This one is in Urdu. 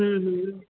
ہوں ہوں